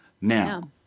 Now